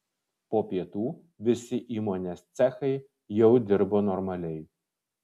po pietų visi įmonės cechai jau dirbo normaliai